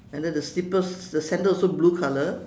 and then the slippers the sandal also blue colour